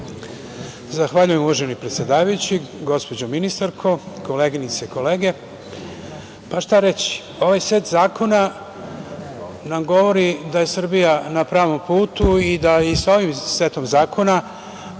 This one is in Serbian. Zahvaljujem uvaženi predsedavajući, gospođo ministarko, koleginice i kolege, pa šta reći. Ovaj set zakona nam govori da je Srbija na pravom putu, i da sa ovim setom zakona